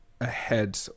ahead